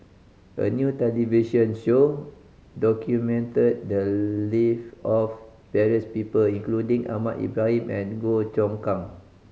a new television show documented the live of various people including Ahmad Ibrahim and Goh Choon Kang